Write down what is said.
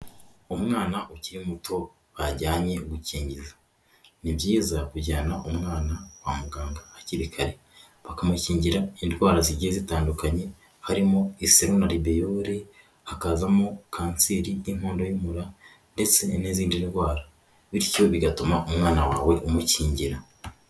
Umwana ukiri muto bajyanye gukingiza ni byiza kujyana umwana kwa muganga hakiri kare bakamukingira indwara zigiye zitandukanye harimo iseruna rebeyore hakazamo kanseri y'inkondo y'umura ndetse n'izindi ndwara bityo bigatuma umwana wawe umukingira.